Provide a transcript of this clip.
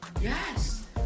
Yes